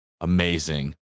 amazing